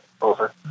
Over